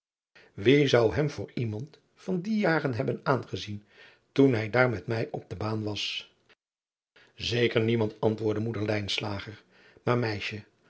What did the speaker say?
ie zou hem voor iemand van die jaren hebben aangezien toen hij daar met mij op de baan was eker niemand antwoordde oeder maar meisje